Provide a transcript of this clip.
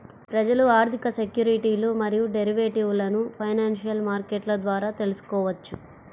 ప్రజలు ఆర్థిక సెక్యూరిటీలు మరియు డెరివేటివ్లను ఫైనాన్షియల్ మార్కెట్ల ద్వారా తెల్సుకోవచ్చు